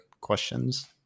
questions